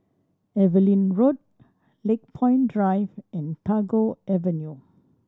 Evelyn Road Lakepoint Drive and Tagore Avenue